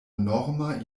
norma